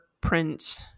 print